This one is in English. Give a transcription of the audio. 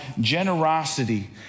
generosity